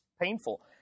painful